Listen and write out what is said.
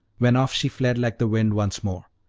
when off she fled like the wind once more.